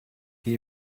die